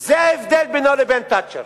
זה ההבדל בינו לבין תאצ'ר.